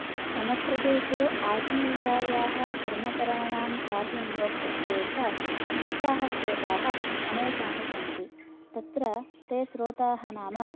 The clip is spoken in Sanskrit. मम प्रदेशे आजीविकायाः कर्मकराणां कार्यनियोक्तृत्वे च मुख्या श्रोताः अनेकानि सन्ति तत्र ते श्रोताः नाम